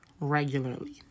regularly